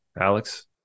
Alex